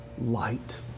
light